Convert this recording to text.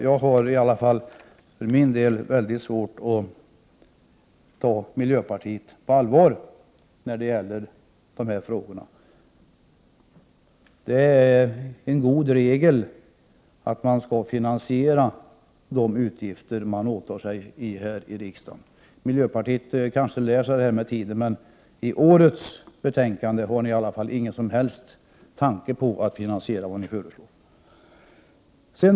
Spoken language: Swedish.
Jag har i alla fall för min del mycket svårt att ta miljöpartiet på allvar när det gäller dessa frågor. Det är en god regel att man skall kunna finansiera de utgifter man åtar sig i riksdagen. Miljöpartiet kanske lär sig detta med tiden. I årets betänkande har miljöpartiet inte haft en tanke på hur deras förslag skall finansieras.